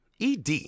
ED